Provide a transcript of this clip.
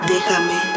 Déjame